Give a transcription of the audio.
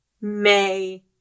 May-